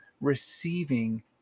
receiving